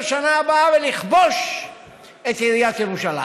בשנה הבאה ולכבוש את עיריית ירושלים.